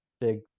big